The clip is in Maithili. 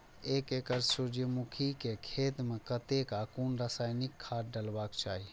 एक एकड़ सूर्यमुखी केय खेत मेय कतेक आ कुन रासायनिक खाद डलबाक चाहि?